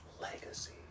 Legacy